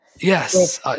yes